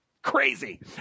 Crazy